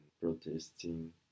protesting